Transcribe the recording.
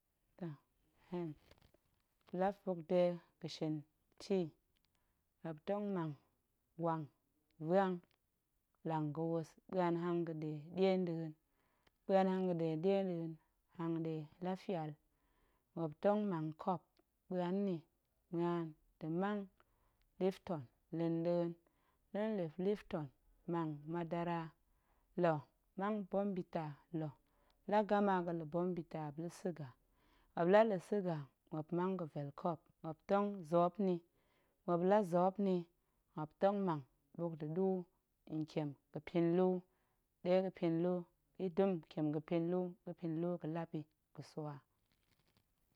Toh, la buk dega̱ shin tii, muop tong mang wang vuang lang ga̱ wus, ɓuan hanga̱ɗe ɗie nɗa̱a̱n, ɓuan hanga̱ɗe ɗie nɗa̱a̱n, hanga̱ɗe la fual, muop tong mang kop ɓuan nni muan da̱ mang lifton la̱ nɗa̱a̱n, muop la la̱ lifton, mang madara la̱ mang bombita la̱, muop la gama ga̱la̱ bombita muop la̱ suga, muop la̱ suga muop mang ga̱vel kop, muop tong zoop nni, muop la zoop nni, muop tong mang buk da̱ ɗuu ntiem ga̱pinlu, ɗe gəpinlu ya̱ dum ntiem gəpinlu, ga̱pinlu ga̱lap yi ga̱swa.